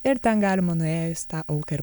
ir ten galima nuėjus tą auką ir